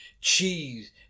cheese